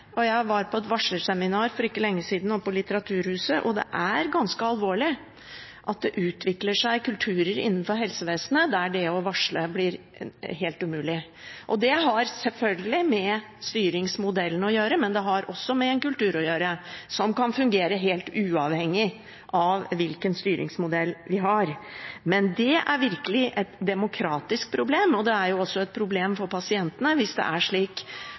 Berg. Jeg var på et varslerseminar på Litteraturhuset for ikke lenge siden, og det er ganske alvorlig at det utvikler seg kulturer innenfor helsevesenet der det å varsle blir helt umulig. Det har selvfølgelig med styringsmodellen å gjøre, men det har også å gjøre med en kultur som kan fungere helt uavhengig av hvilken styringsmodell vi har. Men det er virkelig et demokratisk problem, og det er også et problem for pasientene hvis det er slik